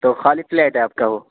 تو خالی فلیٹ ہے آپ کا وہ